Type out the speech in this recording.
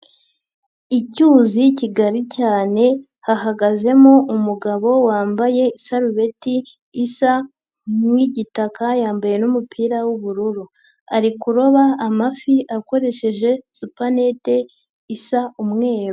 Icyuzi kigari cyane hahagazemo umugabo wambaye isarubeti isa nk'igitaka, yambaye n'umupira w'ubururu ari kuroba amafi akoresheje supanete isa umweru.